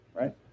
Right